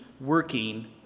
working